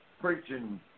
preaching